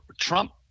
Trump